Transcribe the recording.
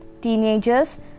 Teenagers